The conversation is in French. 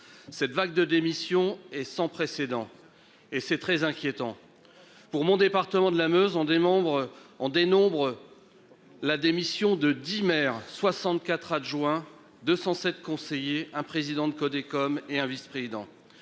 Cette vague de démissions et sans précédent et c'est très inquiétant. Pour mon département de la Meuse en des membres en dénombre. La démission de 10 maire 64 adjoint 207 conseiller un président de code comme et un vice-président